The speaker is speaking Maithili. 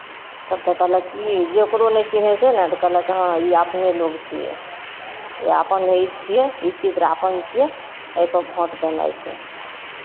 तब तऽ कहलक की जकरो नहि चिन्है छै ने तऽ कहलक हँ ई अपने लोक छियै या अपन ई छियै ई चित्र अपन छियै एहिपर भोट देना छै